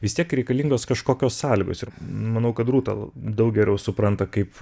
vis tiek reikalingos kažkokios sąlygos ir manau kad rūta daug geriau supranta kaip